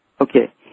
Okay